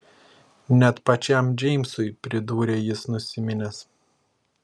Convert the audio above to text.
net pačiam džeimsui pridūrė jis nusiminęs